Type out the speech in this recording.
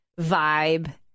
vibe